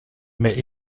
mais